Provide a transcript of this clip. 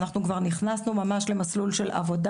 אנחנו כבר נכנסנו ממש למסלול של עבודה